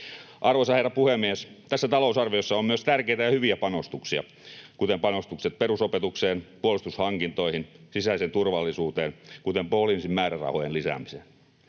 Arvoisa herra puhemies! Tässä talousarviossa on myös tärkeitä ja hyviä panostuksia, kuten panostukset perusopetukseen, puolustushankintoihin ja sisäiseen turvallisuuteen, kuten poliisin määrärahojen lisäämiseen.